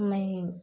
मैं